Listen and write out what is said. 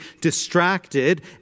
distracted